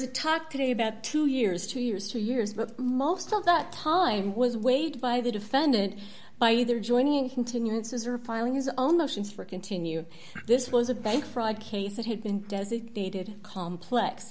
a talk today about two years two years two years but most of that time was weighed by the defendant by either joining continuances or filing his own notions for continue this was a bank fraud case that had been designated complex